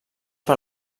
per